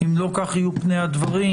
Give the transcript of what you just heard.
אם לא כך יהיו פני הדברים,